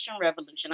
Revolution